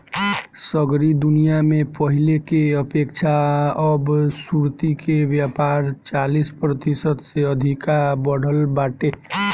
सगरी दुनिया में पहिले के अपेक्षा अब सुर्ती के व्यापार चालीस प्रतिशत से अधिका बढ़ल बाटे